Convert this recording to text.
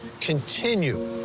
continue